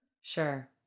sure